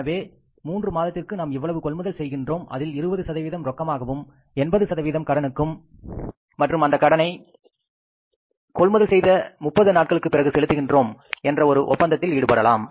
எனவே மூன்று மாதத்திற்கு நாம் இவ்வளவு கொள்முதல் செய்கின்றோம் அதில் 20 ரொக்கமாகவும் 80 கடனுக்கும் மற்றும் அந்த கடனை கொள்முதல் செய்த 30 நாட்களுக்குப்பிறகு செலுத்துகின்றோம் என்ற ஒரு ஒப்பந்தத்தில் ஈடுபடலாம்